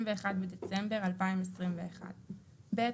31/12/2021. ב.